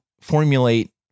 formulate